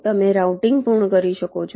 તમે રાઉટિંગ પૂર્ણ કરી શકો છો